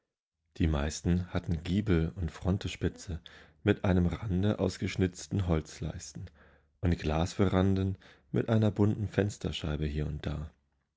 die meisten hatten giebel und frontespize mit einem rande aus geschnitzten holzleisten und glasveranden mit einer bunten fensterscheibe hier und da